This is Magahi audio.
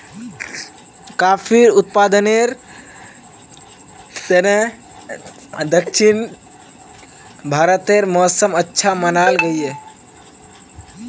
काफिर उत्पादनेर तने दक्षिण भारतेर मौसम अच्छा मनाल गहिये